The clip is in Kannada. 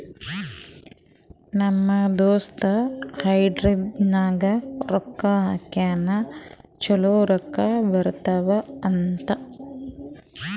ನಮ್ ದೋಸ್ತ ಹೈಬ್ರಿಡ್ ನಾಗ್ ರೊಕ್ಕಾ ಹಾಕ್ಯಾನ್ ಛಲೋ ರೊಕ್ಕಾ ಬರ್ತಾವ್ ಅಂತ್